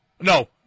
No